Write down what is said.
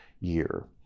year